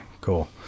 cool